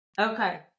Okay